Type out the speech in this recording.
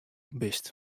bist